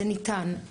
זה ניתן.